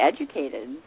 educated